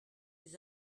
les